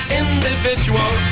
individual